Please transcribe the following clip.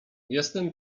jestem